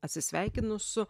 atsisveikinu su